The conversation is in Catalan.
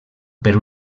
per